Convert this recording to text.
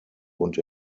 und